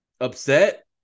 upset